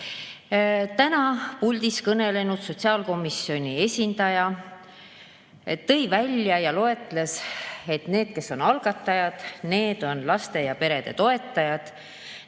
Täna puldis kõnelenud sotsiaalkomisjoni esindaja tõi välja ja loetles, et need, kes on algatajad, on laste ja perede toetajad,